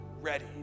ready